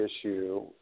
issue